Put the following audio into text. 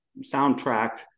soundtrack